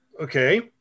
Okay